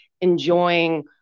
enjoying